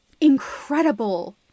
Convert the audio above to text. incredible